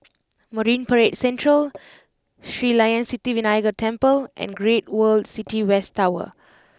Marine Parade Central Sri Layan Sithi Vinayagar Temple and Great World City West Tower